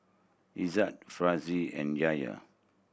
Izzat Firash and Yahya